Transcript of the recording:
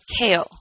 kale